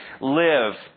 live